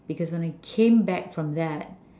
because when I came back from that